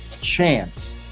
chance